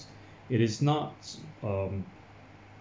it is not um